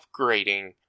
upgrading